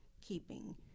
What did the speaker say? keeping